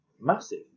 massive